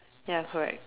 ya correct